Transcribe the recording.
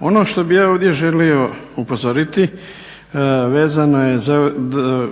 Ono što bih ja ovdje želio upozoriti vezano je